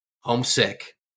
homesick